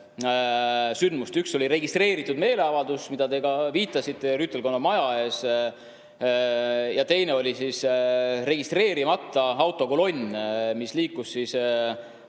Üks oli registreeritud meeleavaldus, millele te ka viitasite, rüütelkonna maja ees, ja teine oli registreerimata autokolonn, mis liikus